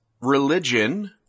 religion